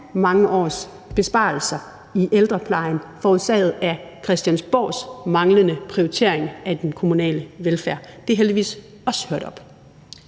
mange års besparelser i ældreplejen forårsaget af Christiansborgs manglende prioritering af den kommunale velfærd. Det er heldigvis også hørt op.